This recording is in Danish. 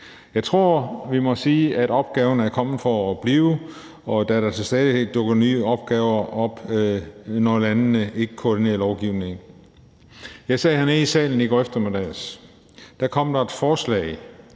Jeg tror, vi må sige, at opgaven er kommet for at blive, da der til stadighed dukker nye opgaver op, når landene ikke koordinerer lovgivning. Jeg sad hernede i salen i går eftermiddags. Der kom et forslag,